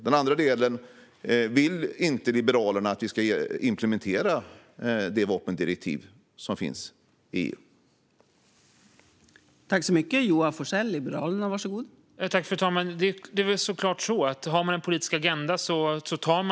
Den andra delen är om inte Liberalerna vill att vi ska implementera det vapendirektiv som finns i EU.